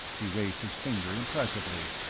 he raised his finger impressively.